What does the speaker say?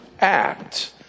act